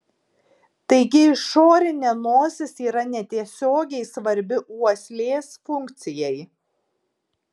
taigi išorinė nosis yra netiesiogiai svarbi uoslės funkcijai